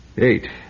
Eight